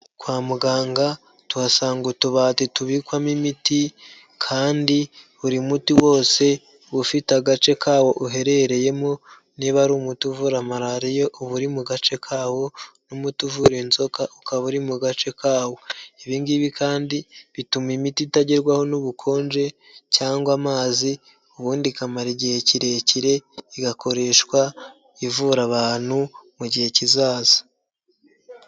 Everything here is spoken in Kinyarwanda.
Kwa muganga tuhasanga utubati tubikwamo imiti, kandi buri muti wose ufite agace kawo uherereyemo, niba ari umuti uvura Malariya uba uri mu gace kawo, n'umuti uvura inzoka ukaba uri mu gace kawo, ibi ngibi kandi bituma imiti itagerwaho n'ubukonje cyangwa amazi, ubundi ikamara igihe kirekire igakoreshwa ivura abantu mu gihe kizaza.